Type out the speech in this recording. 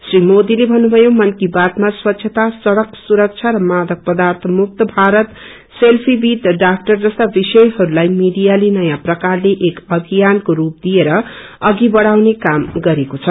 श्री मोदीले भन्नुभयो मनकीबातमा स्वच्छता सड़क सुरक्षा र मादक पर्दाथ मुक्त भारत सेल्फी विद डाक्टर जस्ता विषयहरूलाई मीडियाले नयाँ प्रकारले एक अभियानको स्रू दिएर अघि बढ़ाउने काम गरेको छ